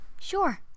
Sure